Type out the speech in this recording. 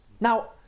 now